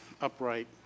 upright